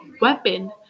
weapon